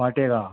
वाटेक आसा